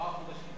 ארבעה חודשים.